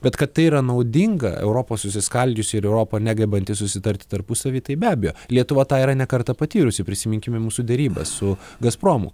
bet kad tai yra naudinga europa susiskaldžiusi europa negebanti susitarti tarpusavyje tai be abejo lietuva tą yra ne kartą patyrusi prisiminkime mūsų derybas su gazpromu